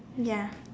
ya